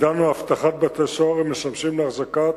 שתפקידן הוא אבטחת בתי-סוהר שמשמשים להחזקת